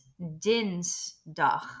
dinsdag